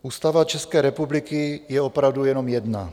Ústava České republiky je opravdu jenom jedna.